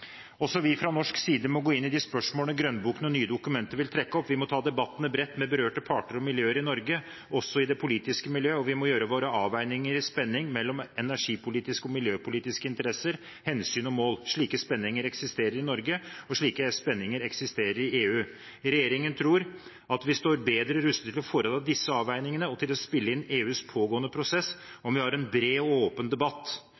også i det politiske miljøet. Og vi må gjøre våre avveininger i spenningen mellom energipolitiske og miljøpolitiske interesser, hensyn og mål. Slike spenninger eksisterer i Norge, og slike spenninger eksisterer i EU. Regjeringen tror at vi står bedre rustet til å foreta disse avveiningene og til å spille inn i EUs pågående prosess om vi har en bred og åpen debatt,